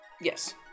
Yes